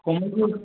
Komal ji